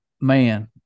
Man